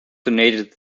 donated